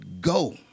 go